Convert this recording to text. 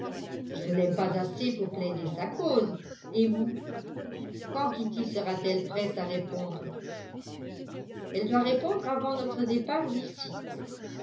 je ne l'aime pas assez pour plaider sa cause et vous quand kitty sera-t-elle prête à répondre elle doit répondre avant notre départ d'ici